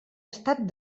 estat